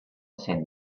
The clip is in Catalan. cent